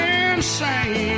insane